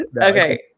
Okay